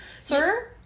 Sir